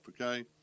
okay